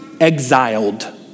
exiled